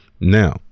Now